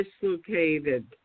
dislocated